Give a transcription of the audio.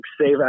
Save